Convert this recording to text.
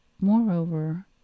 Moreover